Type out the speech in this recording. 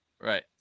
Right